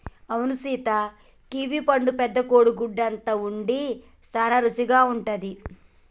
అవును సీత కివీ పండు పెద్ద కోడి గుడ్డు అంత ఉండి సాన రుసిగా ఉంటది